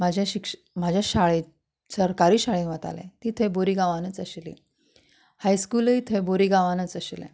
म्हाजे शिक्ष् म्हाज्या शाळे् सरकारी शाळेन वतालें तीं थंय बोरी गांवानच आशिल्ली हायस्कुलूय थंय बोरी गांवानच आशिल्लें